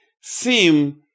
seem